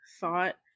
thought